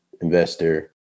investor